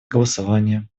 голосования